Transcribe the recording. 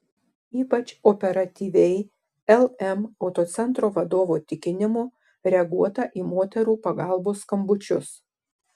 ypač operatyviai lm autocentro vadovo tikinimu reaguota į moterų pagalbos skambučius